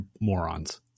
morons